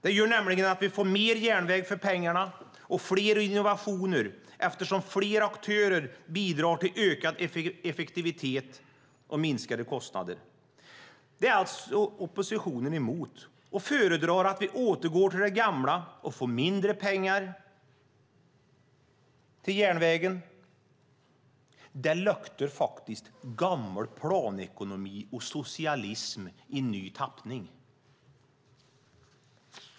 Det gör nämligen att vi får mer järnväg för pengarna och fler innovationer, eftersom fler aktörer bidrar till ökad effektivitet och minskade kostnader. Detta är alltså oppositionen emot och föredrar att vi återgår till det gamla och får mindre pengar till järnvägen. Det luktar faktiskt gammal planekonomi och socialism i ny tappning.